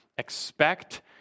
expect